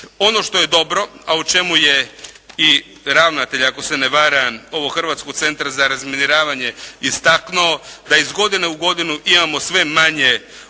Ono što je dobro, a o čemu je i ravnatelj ako se ne varam ovog Hrvatskog centra za razminiravanje istaknuo da iz godine u godinu imamo sve manje